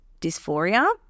dysphoria